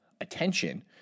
attention